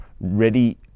ready